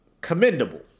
commendable